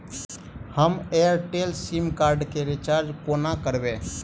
हम Airtel SIM card केँ recharge कोना करबै?